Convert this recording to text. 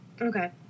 Okay